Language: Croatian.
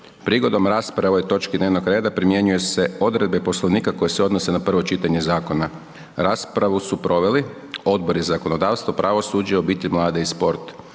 Prigodom rasprave o ovoj točki dnevnog reda primjenjuju se odredbe Poslovnika koje se odnose na drugo čitanje zakona. Raspravu su proveli Odbor za zakonodavstvo i za pravosuđe, želi li